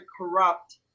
corrupt